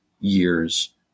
years